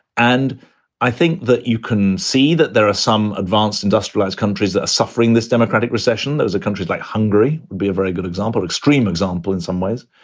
and i think that you can see that there are some advanced industrialized countries that are suffering this democratic recession. those are countries like hungary will be a very good example, extreme example in some ways.